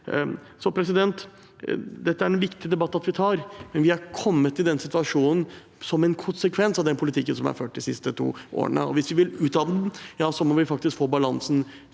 er en debatt som det er viktig at vi tar, men vi har kommet i den situasjonen som en konsekvens av den politikken som er ført de siste to årene. Hvis vi vil ut av den – ja, så må vi faktisk få balansen